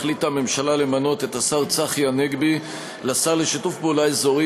החליטה הממשלה למנות את השר צחי הנגבי לשר לשיתוף פעולה אזורי,